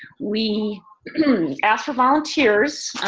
we asked for volunteers,